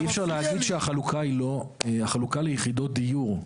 אי אפשר להגיד שהחלוקה ליחידות דירות,